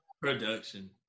production